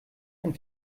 ein